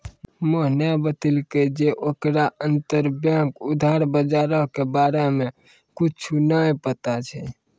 मोहने बतैलकै जे ओकरा अंतरबैंक उधार बजारो के बारे मे कुछु नै पता छै